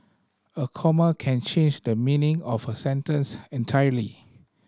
a comma can change the meaning of a sentence entirely